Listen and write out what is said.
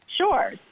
Sure